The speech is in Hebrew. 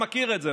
מכיר את זה,